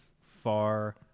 far